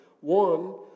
One